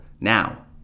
Now